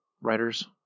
writers